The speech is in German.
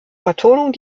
vertonung